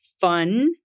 fun